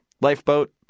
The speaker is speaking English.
Lifeboat